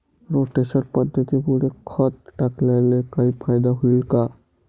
Rotation पद्धतीमुळे खत टाकल्याने काही फायदा होईल का?